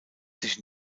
sich